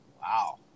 Wow